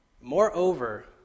Moreover